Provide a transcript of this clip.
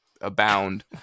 abound